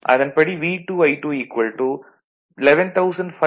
அதன்படி V2I2 11500 52